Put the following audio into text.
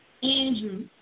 Andrew